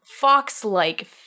fox-like